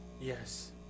Yes